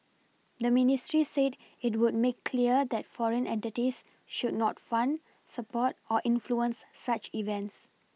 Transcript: the ministry said it would make clear that foreign entities should not fund support or influence such events